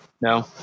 No